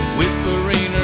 whispering